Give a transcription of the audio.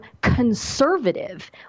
conservative